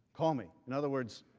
call me. in other words,